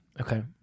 Okay